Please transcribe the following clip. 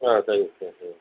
ஆ சரிங்க சார் சரிங்க சார்